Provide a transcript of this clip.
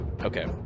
Okay